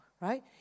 right